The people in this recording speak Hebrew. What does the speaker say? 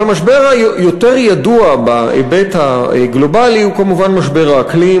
אבל המשבר היותר ידוע בהיבט הגלובלי הוא כמובן משבר האקלים,